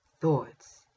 thoughts